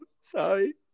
Sorry